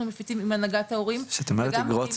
מפיצים עם הנהגת ההורים שאת אומרת אגרות,